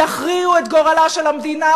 יכריעו את גורלה של המדינה,